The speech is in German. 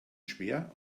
schwer